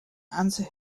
answer